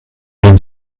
den